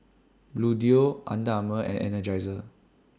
Bluedio Under Armour and Energizer